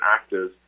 active